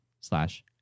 slash